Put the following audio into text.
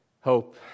Hope